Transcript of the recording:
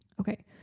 Okay